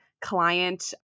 client